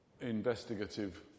investigative